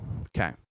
okay